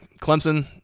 Clemson